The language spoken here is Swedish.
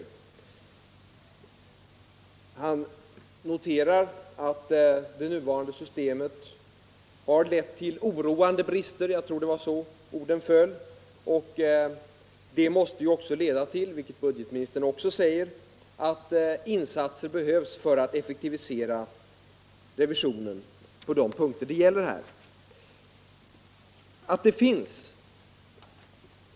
Budgetministern noterade att det nuvarande systemet har lett till oroande brister — jag tror det var så orden föll — och detta förhållande måste, som budgetministern också sade, leda till att insatser görs för att effektivisera revisionen på de punkter det här gäller.